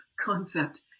concept